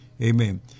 Amen